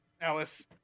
Alice